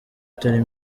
itari